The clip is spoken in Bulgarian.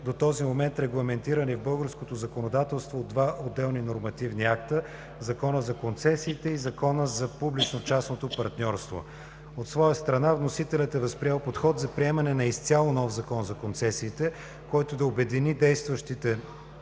до този момент регламентирани в българското законодателство от два отделни нормативни акта – Закона за концесиите (ЗК) и Закона за публично-частното партньорство (ЗПЧП). От своя страна вносителят е възприел подход за приемане на изцяло нов Закон за концесиите, който да обедини действащите